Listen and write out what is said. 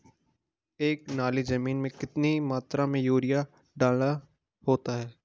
एक नाली जमीन में कितनी मात्रा में यूरिया डालना होता है?